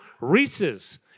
Reese's